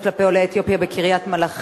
כלפי עולי אתיופיה בקריית-מלאכי,